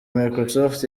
microsoft